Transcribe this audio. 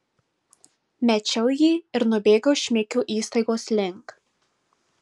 mečiau jį ir nubėgau šmikio įstaigos link